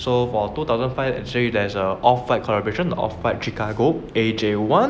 so four two thousand five there is a off white collaboration off white chicago A_J one